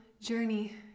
journey